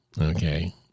Okay